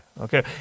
Okay